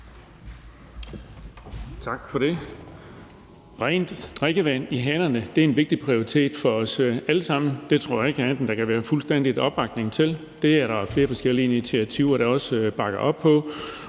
Rent drikkevand i hanerne er en vigtig prioritet for os alle sammen. Det tror jeg ikke at der kan være andet en fuld opbakning til. Det er der også flere forskellige initiativer der bakker op om.